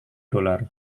dolar